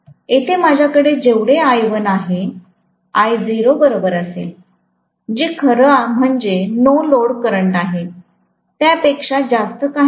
येथे माझ्याकडे जेवढे I1 आहेते बरोबर असेल जे खरं म्हणजे नो लोडकरंट आहे त्या पेक्षा जास्त काही नाही